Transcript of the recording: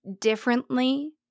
Differently